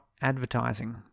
advertising